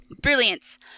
Brilliance